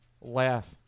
laugh